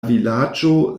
vilaĝo